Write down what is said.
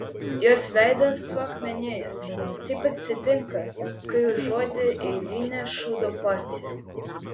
jos veidas suakmenėja taip atsitinka kai užuodi eilinę šūdo porciją